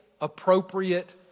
appropriate